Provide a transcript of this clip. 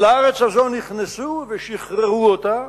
אל הארץ הזאת נכנסו ושחררו אותה